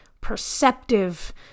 perceptive